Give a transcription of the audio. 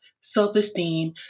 self-esteem